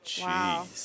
wow